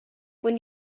when